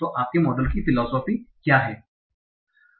तो आपके मॉडल की फिलोसोफी क्या है